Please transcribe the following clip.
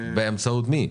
באמצעות מי?